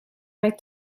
mij